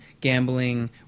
gambling